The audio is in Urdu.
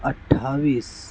اٹھایس